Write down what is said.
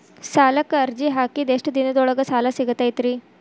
ಸಾಲಕ್ಕ ಅರ್ಜಿ ಹಾಕಿದ್ ಎಷ್ಟ ದಿನದೊಳಗ ಸಾಲ ಸಿಗತೈತ್ರಿ?